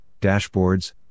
dashboards